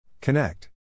Connect